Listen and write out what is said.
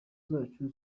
zacu